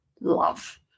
love